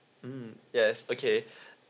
mm yes okay